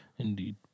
Indeed